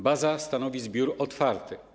Baza stanowi zbiór otwarty.